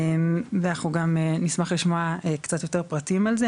אנחנו גם נשמח לשמוע קצת יותר פרטים על זה,